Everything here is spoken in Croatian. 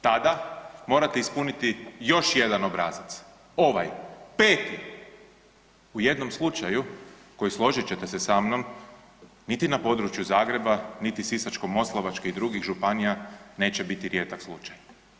Tada morate ispuniti još jedan obrazac, ovaj peti u jednom slučaju koji složit ćete se sa mnom niti na području Zagreba niti Sisačko-moslavačke i drugih županija neće biti rijedak slučaj.